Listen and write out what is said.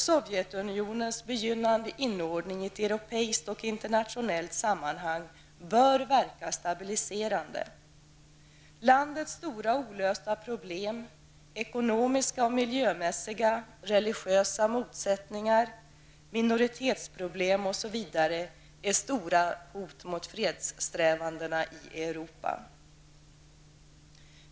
Sovjetunionens begynnande inordnande i ett europeiskt och internationellt sammanhang bör verka stabiliserande. Landets stora olösta ekonomiska och miljömässiga problem, religiösa motsättningar, minoritetsproblem osv., är stora hot mot fredssträvandena i Europa.